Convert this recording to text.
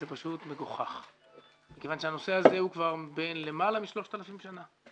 זה פשוט מגוחך מכיוון שהנושא הזה הוא למעלה מ-3,000 שנים.